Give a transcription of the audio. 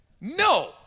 No